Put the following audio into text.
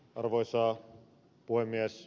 arvoisa puhemies